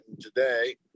today